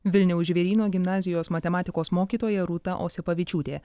vilniaus žvėryno gimnazijos matematikos mokytoja rūta osipavičiūtė